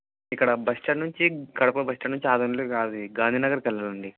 ఇక్కడ bus stand నుంచి Kadapa bus stand నుంచి ఆరు గంటలకు అది గాంధీనగర్కి వెళ్ళాలండి